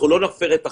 אנחנו לא נפר את החוק,